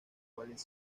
cuales